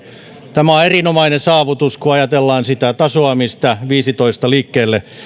tämä on erinomainen saavutus kun ajatellaan sitä tasoa mistä vuonna viisitoista liikkeelle